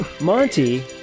Monty